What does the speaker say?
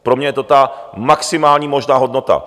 Pro mě je to ta maximální možná hodnota.